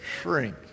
shrink